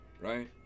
Right